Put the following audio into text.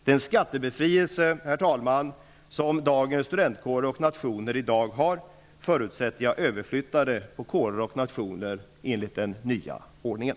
Den skattebefrielse som studentkårer och nationer i dag har förutsätter jag överflyttad till kårer och nationer enligt den nya ordningen.